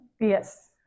Yes